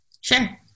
Sure